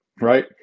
Right